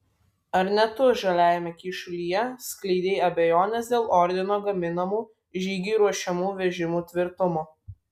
ar ne tu žaliajame kyšulyje skleidei abejones dėl ordino gaminamų žygiui ruošiamų vežimų tvirtumo